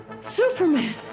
Superman